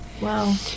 Wow